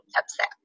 upset